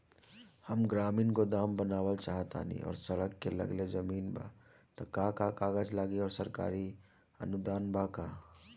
हम ग्रामीण गोदाम बनावल चाहतानी और सड़क से लगले जमीन बा त का कागज लागी आ सरकारी अनुदान बा का?